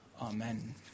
Amen